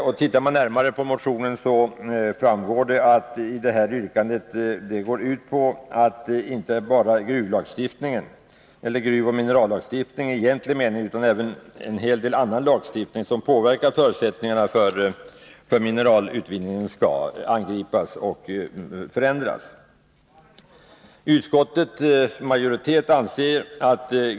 Av en närmare granskning av motionen framgår att man vill angripa och förändra inte bara gruvoch minerallagstiftningen i egentlig mening utan även en hel del annan lagstiftning som påverkar förutsättningarna för mineralutvinningen.